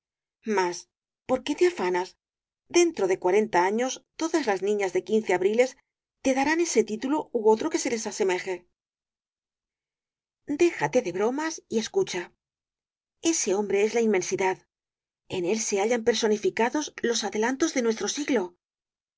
mas por qué te afanas dentro de cuarenta años todas las niñas de quince abriles te darán ese título ú otro que se le asemeje déjate de bromas y escucha ese hombre es la inmesidad en él se hallan personificados los adelantos de nuestro siglo